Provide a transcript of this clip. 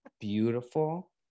beautiful